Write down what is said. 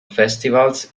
festivals